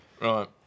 Right